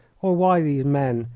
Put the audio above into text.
or why these men,